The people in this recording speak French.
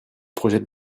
projet